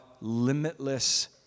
limitless